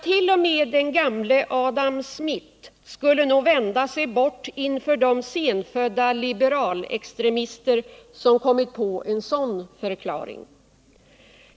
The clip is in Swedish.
T. o. m. den gamle Adam Smith skulle nog vända sig bort inför de senfödda liberalextremister som kommit på en sådan förklaring.